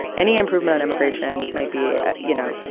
any improvement on immigration may be, you know,